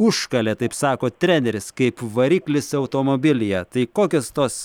užkalė taip sako treneris kaip variklis automobilyje tai kokios tos